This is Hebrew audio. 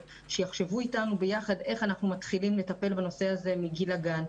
יחשבו יחד איתנו איך אנחנו מתחילים לטפל בנושא הזה מגיל הגן.